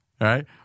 right